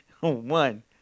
One